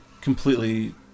completely